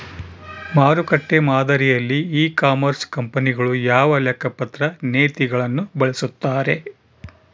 ಮಾರುಕಟ್ಟೆ ಮಾದರಿಯಲ್ಲಿ e commerce ಕಂಪನಿಗಳು ಯಾವ ಲೆಕ್ಕಪತ್ರ ನೇತಿಗಳನ್ನು ಬಳಸುತ್ತಾರೆ?